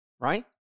right